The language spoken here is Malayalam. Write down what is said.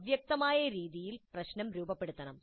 അവ്യക്തമായ രീതിയിൽ പ്രശ്നം രൂപപ്പെടുത്തണം